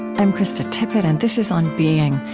i'm krista tippett and this is on being.